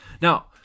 Now